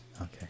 Okay